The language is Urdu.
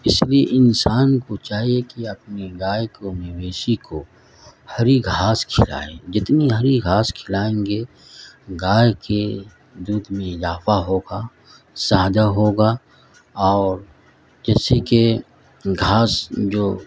اس لیے انسان کو چاہیے کہ اپنے گائے کو میویشی کو ہری گھاس کھلائےیں جتنی ہری گھاس کھلائیں گے گائے کے دودھ میں اضافہ ہوگا سانجا ہوگا اور جیسے کہ گھاس جو